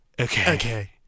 Okay